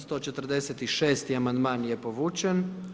146. amandman je povučen.